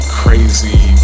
crazy